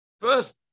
First